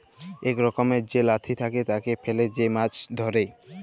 ইক রকমের যে লাঠি থাকে, তাকে ফেলে যে মাছ ধ্যরে